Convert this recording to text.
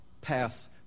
pass